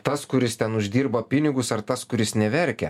tas kuris ten uždirba pinigus ar tas kuris neverkia